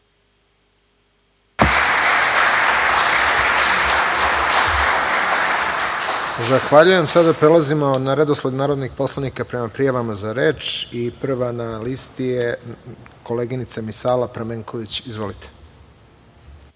Zahvaljujem. Sada prelazimo na redosled narodnih poslanika prema prijavama za reč i prva na listi je koleginica Misala Pramenković. Izvolite.